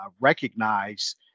recognize